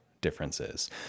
differences